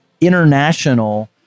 international